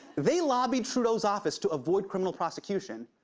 they lobbied trudeau's office to avoid criminal prosecution.